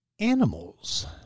animals